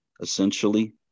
essentially